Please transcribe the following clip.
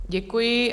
Děkuji.